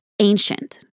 ancient